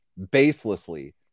baselessly